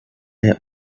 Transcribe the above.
may